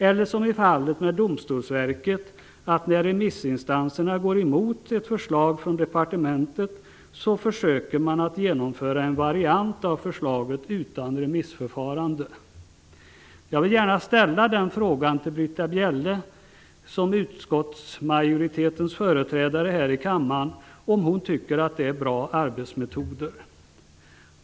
Eller som det var i fallet med Domstolsverket; när remissinstanserna går emot ett förslag från departementet, försöker man genomföra en variant av förslaget utan remissförfarande. Jag vill gärna ställa den frågan till Britta Bjelle, som utskottsmajoritetens företrädare, om hon tycker att det är bra arbetsmetoder.